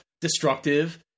destructive